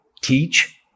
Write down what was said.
teach